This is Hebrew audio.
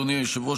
אדוני היושב-ראש,